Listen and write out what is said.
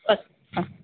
अस्तु आ